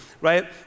right